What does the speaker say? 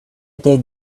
dig